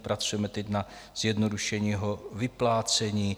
Pracujeme teď na zjednodušení jeho vyplácení.